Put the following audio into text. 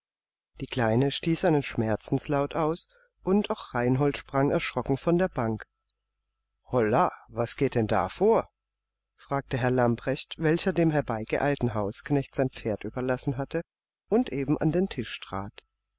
die kleine stieß einen schmerzenslaut aus und auch reinhold sprang erschrocken von der bank holla was geht denn da vor fragte herr lamprecht welcher dem herbeigeeilten hausknecht sein pferd überlassen hatte und eben an den tisch trat